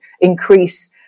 increase